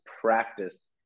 practice